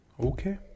Okay